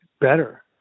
better